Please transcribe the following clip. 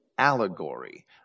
allegory